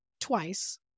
twice